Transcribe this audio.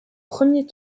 premier